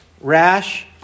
rash